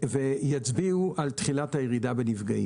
ויצביעו על תחילת הירידה בנפגעים.